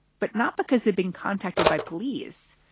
but not because they'd been contacted by police.